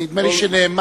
נדמה לי שנאמר: